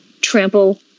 trample